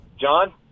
John